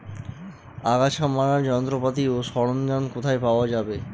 আগাছা মারার যন্ত্রপাতি ও সরঞ্জাম কোথায় পাওয়া যাবে?